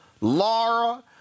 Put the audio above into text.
Laura